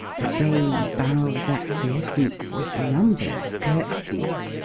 the dame bows acquiescence, with numberless courtseys,